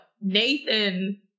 Nathan